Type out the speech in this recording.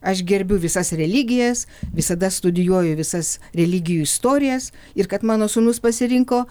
aš gerbiu visas religijas visada studijuoju visas religijų istorijas ir kad mano sūnus pasirinko